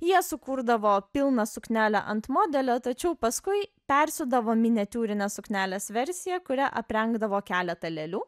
jie sukurdavo pilną suknelę ant modelio tačiau paskui persiūdavo miniatiūrinę suknelės versiją kuria aprengdavo keletą lėlių